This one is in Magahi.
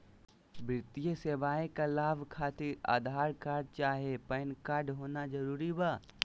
वित्तीय सेवाएं का लाभ खातिर आधार कार्ड चाहे पैन कार्ड होना जरूरी बा?